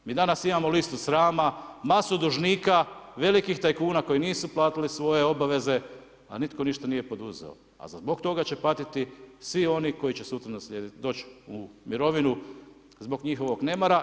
Mi danas imamo listu srama, masu dužnika velikih tajkuna koji nisu platili svoje obaveze, a nitko ništa nije poduzeo, a zbog toga će patiti svi oni koji će sutra naslijediti, doć u mirovinu zbog njihovog nemara.